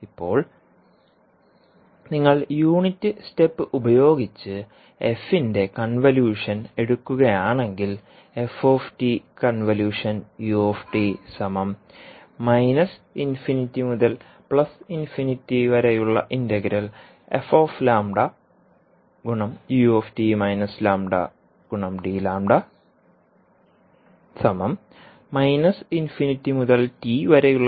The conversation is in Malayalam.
ഇപ്പോൾ നിങ്ങൾ യൂണിറ്റ് സ്റ്റെപ്പ് ഉപയോഗിച്ച് f ന്റെ കൺവല്യൂഷൻ എടുക്കുകയാണെങ്കിൽ ആയിരിക്കും